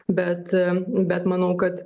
bet bet manau kad